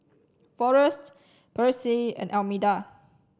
forest Percy and Almeda